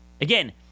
Again